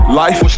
life